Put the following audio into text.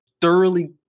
thoroughly